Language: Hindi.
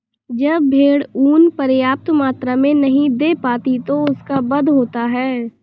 जब भेड़ ऊँन पर्याप्त मात्रा में नहीं दे पाती तो उनका वध होता है